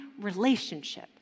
relationship